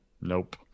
Nope